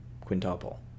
quintuple